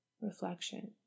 reflection